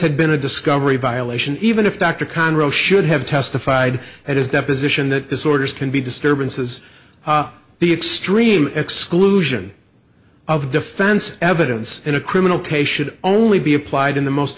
had been a discovery violation even if dr conrad should have testified at his deposition that disorders can be disturbances the extreme exclusion of defense evidence in a criminal case should only be applied in the most